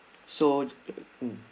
so mm